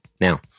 Now